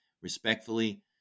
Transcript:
respectfully